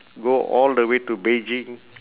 go all the way to beijing